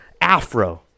afro